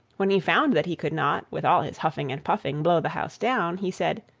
when he found that he could not, with all his huffing and puffing, blow the house down, he said,